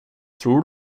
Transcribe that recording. tror